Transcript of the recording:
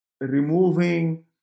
removing